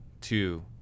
two